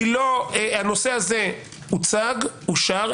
הנושא הזה הוצג, אושר.